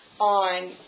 on